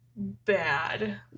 Bad